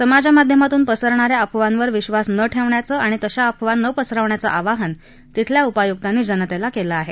समाजमाध्यमांतून पसरणाऱ्या अफवांवर विश्वास न ठेवण्याचं आणि तशा अफवा न पसरवण्याचं आवाहन तिथल्या उपायुकांनी जनतेला केलं आहे